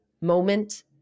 moment